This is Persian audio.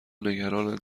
نگرانند